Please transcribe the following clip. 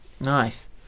nice